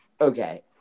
Okay